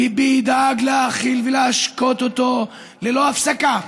ביבי ידאג להאכיל ולהשקות אותו ללא הפסקה,